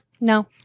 No